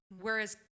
Whereas